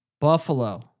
Buffalo